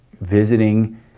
visiting